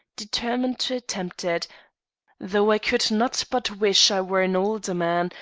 determined to attempt it, though i could not but wish i were an older man,